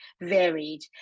varied